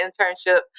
internship